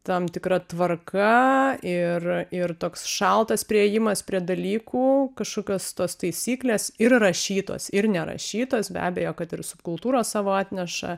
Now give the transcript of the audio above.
tam tikra tvarka ir ir toks šaltas priėjimas prie dalykų kažkokios tos taisyklės ir rašytos ir nerašytos be abejo kad ir subkultūros savo atneša